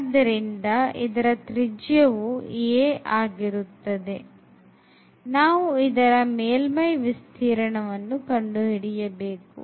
ಆದ್ದರಿಂದ ಇದರ ತ್ರಿಜ್ಯವು a ಆಗಿರುತ್ತದೆ ನಾವು ಇದರ ಮೇಲ್ಮೈ ವಿಸ್ತೀರ್ಣವನ್ನು ಕಂಡು ಹಿಡಿಯಬೇಕು